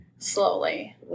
Slowly